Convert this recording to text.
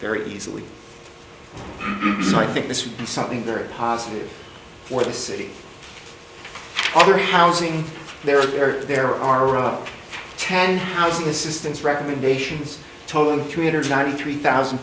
very easily so i think this would be something very positive for the city other housing there are very there are a ten housing assistance recommendations totaling three hundred ninety three thousand